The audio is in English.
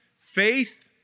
faith